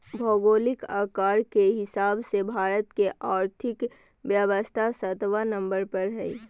भौगोलिक आकार के हिसाब से भारत के और्थिक व्यवस्था सत्बा नंबर पर हइ